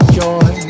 joy